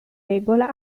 regola